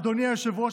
אדוני היושב-ראש,